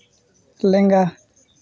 ᱞᱮᱸᱜᱟ